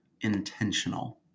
intentional